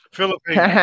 Philippines